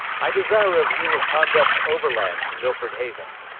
i desire of you a conduct overland to milford haven.